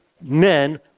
men